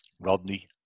Rodney